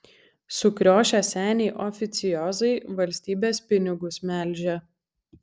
sukriošę seniai oficiozai valstybės pinigus melžia